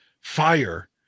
fire